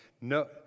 No